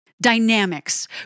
dynamics